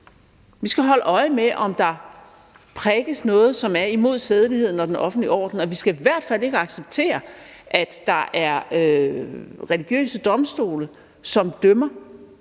Vi skal holde øje med, om der prædikes noget, som er imod sædeligheden og den offentlige orden, og vi skal i hvert fald ikke acceptere, at der er religiøse domstole, som dømmer